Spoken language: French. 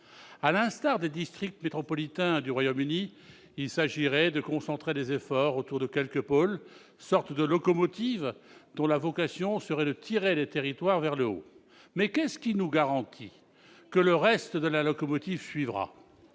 en s'inspirant des districts métropolitains du Royaume-Uni, de concentrer les efforts autour de quelques pôles, sortes de locomotives dont la vocation serait de tirer les territoires vers le haut. Mais qu'est-ce qui nous garantit que les wagons suivront